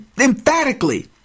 emphatically